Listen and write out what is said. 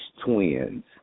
twins